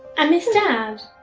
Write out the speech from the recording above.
and missed dad?